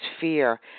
fear